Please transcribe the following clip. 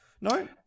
No